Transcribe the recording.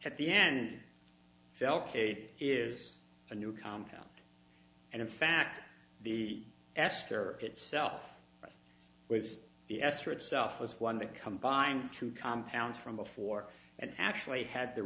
at the end felt a is a new compound and in fact the esther itself was the esther itself was one the combined two compounds from before and actually had the